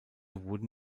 wurden